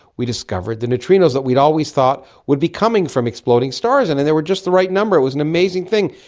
we discovered the neutrinos that we had always thought would be coming from exploding stars, and and they were just the right number, it was an amazing thing.